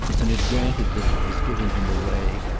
and it granted that it was giving him away,